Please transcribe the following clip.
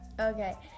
Okay